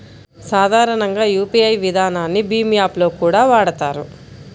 సాధారణంగా యూపీఐ విధానాన్ని భీమ్ యాప్ లో కూడా వాడతారు